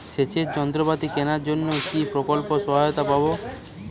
সেচের যন্ত্রপাতি কেনার জন্য কি প্রকল্পে সহায়তা পাব?